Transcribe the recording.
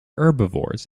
herbivores